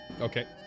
Okay